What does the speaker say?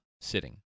sitting